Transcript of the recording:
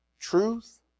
truth